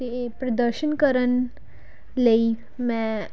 ਅਤੇ ਇਹ ਪ੍ਰਦਰਸ਼ਨ ਕਰਨ ਲਈ ਮੈਂ